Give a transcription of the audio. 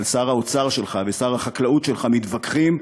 אבל שר האוצר שלך ושר החקלאות שלך מתווכחים,